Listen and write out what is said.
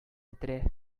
бетерә